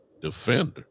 defender